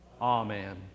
Amen